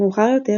מאוחר יותר,